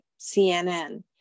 CNN